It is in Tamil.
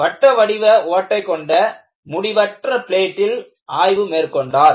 வட்ட வடிவ ஓட்டை கொண்ட முடிவற்ற பிளேட்டில் ஆய்வு மேற்கொண்டார்